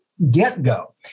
get-go